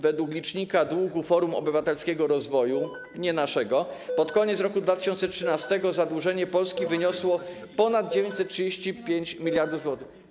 Według licznika długu Forum Obywatelskiego Rozwoju, nie naszego, pod koniec roku 2013 zadłużenie Polski wyniosło ponad 935 mld zł.